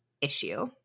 issue